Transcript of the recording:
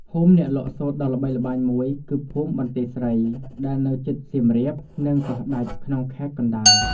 ភូមិអ្នកលក់សូត្រដ៏ល្បីល្បាញមួយគឺ ភូមិបន្ទាយស្រី ដែលនៅជិតសៀមរាប និង កោះដាច់ ក្នុងខេត្តកណ្តាល។